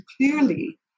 clearly